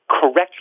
correctly